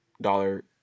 dollar